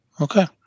Okay